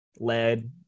lead